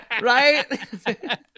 Right